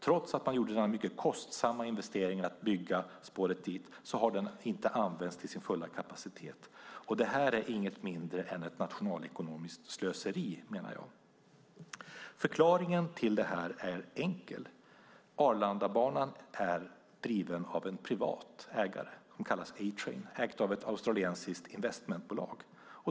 Trots att man gjorde den mycket kostsamma investeringen att bygga spåret dit har det inte använts till sin fulla kapacitet. Det här är inget mindre än ett nationalekonomiskt slöseri, menar jag. Förklaringen till det här är enkel. Arlandabanan är driven av en privat ägare. Det kallas A-Train och är ägt av ett australiensiskt investmentbolag.